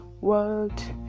World